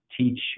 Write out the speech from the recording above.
teach